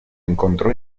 encontró